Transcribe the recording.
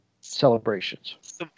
celebrations